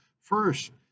first